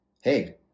hey